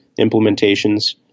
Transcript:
implementations